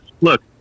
Look